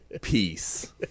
Peace